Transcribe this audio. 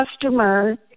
customer